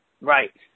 Right